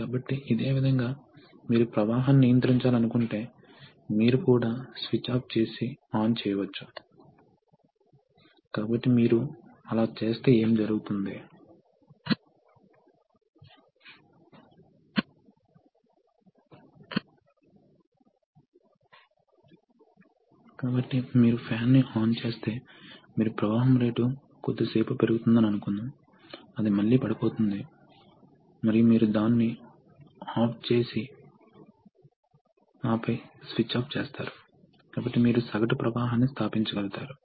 మీకు వివిధ రకాలు తెలుసు మీకు ఫీడ్బ్యాక్ కంట్రోల్ తర్వాత మీరు ప్రెజర్ స్విచ్లు వంటి వివిధ రకాల ఫీడ్బ్యాక్ ఎలిమెంట్లను కలిగి ఉండవచ్చు ఆపరేటర్ ఆదేశాల కోసం మీరు పుష్బటన్లను కలిగి ఉండవచ్చు మరియు మీకు ఎలక్ట్రికల్ ఇంటర్ఫేస్ డివైసెస్ తెలుసు ఎలక్ట్రికల్ సిస్టమ్స్ మరియు హైడ్రాలిక్ సిస్టమ్స్ మధ్య ఇంటర్ఫేసింగ్ కోసం మీకు I టు P కన్వర్టర్లు ఉన్నాయి